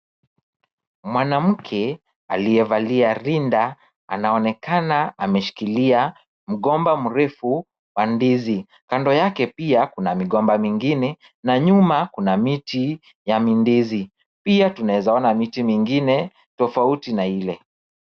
Mwanamke aliyevalia rinda anaonekana ameshikilia mgomba mrefu wa ndizi. Kando yake pia kuna migomba mingine na nyuma kuna miti ya mindizi. Pia tunaweza ona miti mingine tofauti na ile.